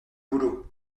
boulot